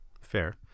Fair